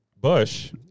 Bush